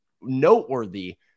noteworthy